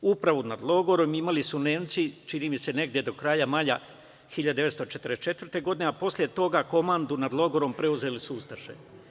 Upravu nad logorom imali su Nemci, čini mi se negde do kraja maja 1944. godine, a posle toga komandu, nad logorom, preuzele su ustaše.